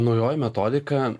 naujoji metodika